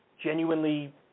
genuinely